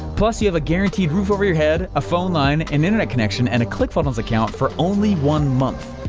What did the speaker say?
plus you have a guaranteed roof over your head. a phone line and internet connection and a click funnels account for only one month.